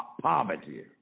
Poverty